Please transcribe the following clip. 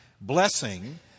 blessing